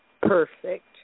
Perfect